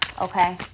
Okay